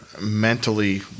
mentally